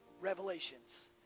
Revelations